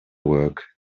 work